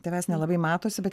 tavęs nelabai matosi bet